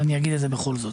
אבל אני אגיד את זה בכל זאת: